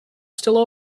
still